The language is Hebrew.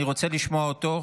אני רוצה לשמוע אותו.